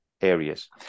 areas